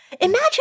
imagine